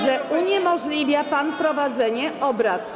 że uniemożliwia pan prowadzenie obrad.